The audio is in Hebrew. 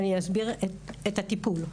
אסביר את הטיפול.